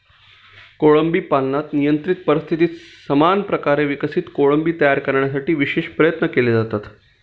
कोळंबी पालनात नियंत्रित परिस्थितीत समान प्रकारे विकसित कोळंबी तयार करण्यासाठी विशेष प्रयत्न केले जातात